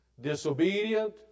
disobedient